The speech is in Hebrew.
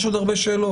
יש עוד הרבה שאלות,